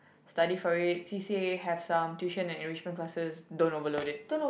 study for it C_C_A have some tuition and enrichment classes don't overload it